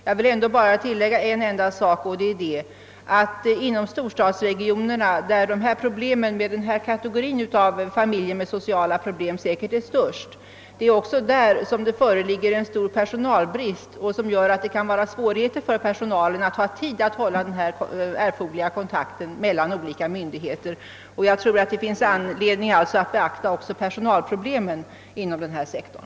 Jag vill bara tillägga en sak, nämligen att det inom storstadsregionerna, där de familjesociala problemen säkerligen är som störst, också föreligger en stor personalbrist, som kan medföra svårigheter för personalen att få tid till den erforderliga kontakten mellan olika myndigheter. Det finns alltså anledning att beakta också personalproblemen inom denna sektor.